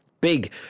Big